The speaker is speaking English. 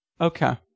Okay